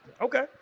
Okay